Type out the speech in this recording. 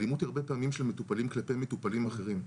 האלימות היא הרבה פעמים של מטופלים כלפי מטופלים אחרים,